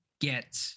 get –